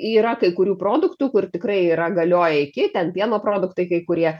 yra kai kurių produktų kur tikrai yra galioja iki ten pieno produktai kai kurie